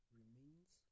remains